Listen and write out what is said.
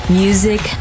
music